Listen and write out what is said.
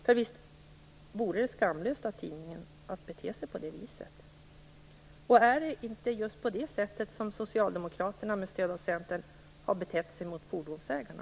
För visst vore det skamlöst av tidningen att bete sig på det viset? Och är det inte just på det sättet som Socialdemokraterna med stöd av Centern har betett sig mot fordonsägarna?